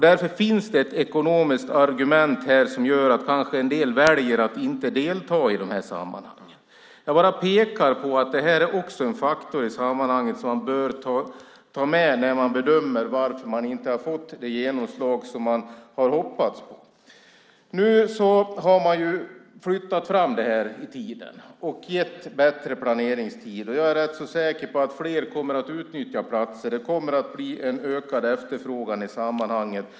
Därför finns det ett ekonomiskt argument för att en del kanske väljer att inte delta i de här sammanhangen. Jag bara pekar på att detta också är en faktor som man bör ta med när man bedömer varför man inte har fått det genomslag som man har hoppats på. Man har ju flyttat fram detta i tiden och gett bättre planeringstid. Jag är rätt säker på att fler kommer att utnyttja platser. Det kommer att bli en ökad efterfrågan.